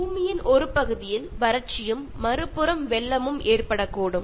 பூமியின் ஒரு பகுதியில் வறட்சியும் மறுபுறம் வெள்ளமும் ஏற்படக்கூடும்